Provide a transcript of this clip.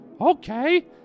Okay